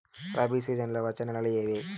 రబి సీజన్లలో వచ్చే నెలలు ఏవి?